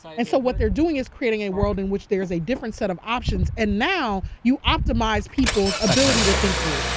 and so what they're doing is creating a world in which there's a different set of options and now, you optimize people's ability to think through.